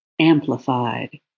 amplified